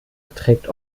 beträgt